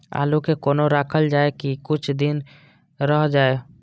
आलू के कोना राखल जाय की कुछ दिन रह जाय?